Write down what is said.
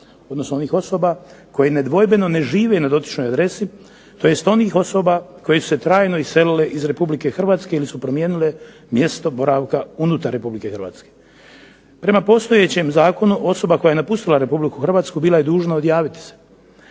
odnosno onih osoba, koji nedvojbeno ne žive na dotičnoj adresi tj. onih osoba koje su se trajno iselile iz RH ili su promijenile mjesto boravka unutar RH. Prema postojećem zakonu osoba koja je napustila Republiku Hrvatsku bila je dužna odjaviti se.